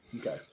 Okay